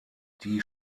die